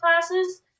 classes